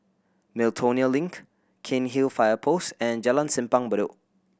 Miltonia Link Cairnhill Fire Post and Jalan Simpang Bedok